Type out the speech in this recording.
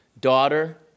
daughter